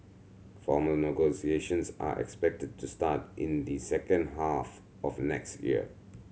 formal negotiations are expected to start in the second half of next year